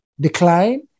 decline